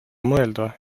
mõelda